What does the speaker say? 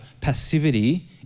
passivity